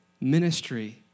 Ministry